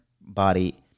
body